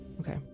Okay